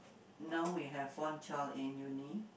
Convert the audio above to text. now we have one child in uni